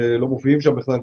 הם לא מופיעים שם בכלל,